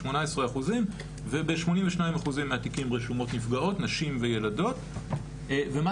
18 אחוזים וב-82 אחוזים מהתיקים רשומות נפגעות נשים וילדות ומה